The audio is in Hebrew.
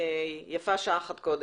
ויפה שעה אחת קודם.